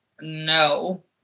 no